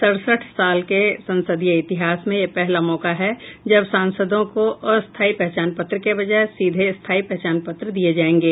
सडसठ साल के संसदीय इतिहास में यह पहला मौका है जब सांसदों को अस्थायी पहचान पत्र के बजाय सीधे ही स्थायी पहचान पत्र दिये जायेंगे